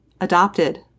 adopted